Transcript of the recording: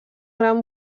gran